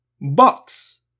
Box